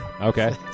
Okay